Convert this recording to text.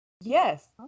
Yes